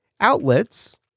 outlets